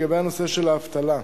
לגבי הנושא של האבטלה,